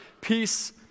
peace